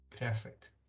Perfect